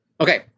Okay